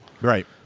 Right